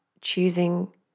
choosing